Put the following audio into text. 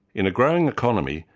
in a growing economy,